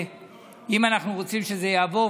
אם אנחנו רוצים שזה יעבור,